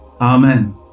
Amen